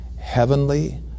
heavenly